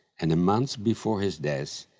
and a month before his death,